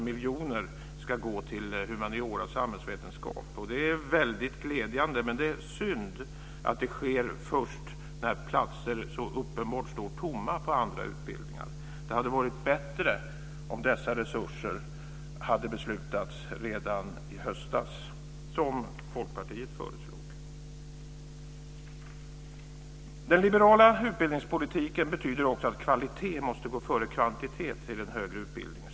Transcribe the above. miljoner ska gå till humaniora och samhällsvetenskap, och det är väldigt glädjande, men det är synd att det sker först när platser så uppenbart står tomma på andra utbildningar. Det hade varit bättre om dessa resurser hade beslutats redan i höstas, som Folkpartiet föreslog. Den liberala utbildningspolitiken betyder också att kvalitet måste gå före kvantitet i den högre utbildningen.